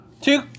Two